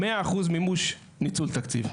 ויש 100% ניצול תקציב.